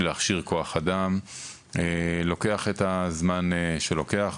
להכשיר כוח אדם לוקח את הזמן שלוקח,